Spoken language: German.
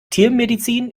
tiermedizin